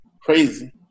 crazy